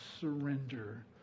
surrender